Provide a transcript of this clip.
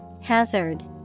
Hazard